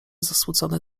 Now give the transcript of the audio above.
zasmucone